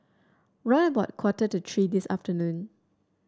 round about quarter to three this afternoon